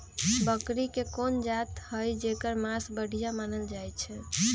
बकरी के कोन जात हई जेकर मास बढ़िया मानल जाई छई?